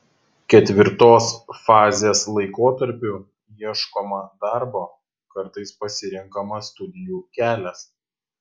ketvirtos fazės laikotarpiu ieškoma darbo kartais pasirenkama studijų kelias